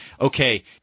okay